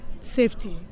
safety